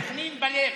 סח'נין בלב.